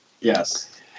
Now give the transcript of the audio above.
Yes